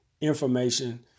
information